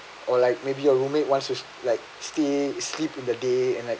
or like maybe your roommate wants to like sleep sleep in the day and like